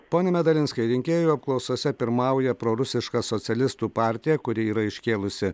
pone medalinskai rinkėjų apklausose pirmauja prorusiška socialistų partija kuri yra iškėlusi